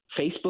Facebook